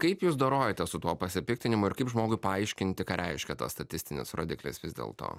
kaip jūs dorojatės su tuo pasipiktinimu ir kaip žmogui paaiškinti ką reiškia tas statistinis rodiklis vis dėlto